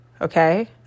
okay